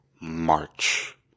March